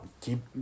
Keep